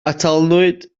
atalnwyd